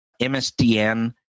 MSDN